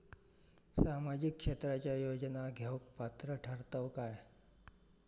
सामाजिक क्षेत्राच्या योजना घेवुक पात्र ठरतव काय?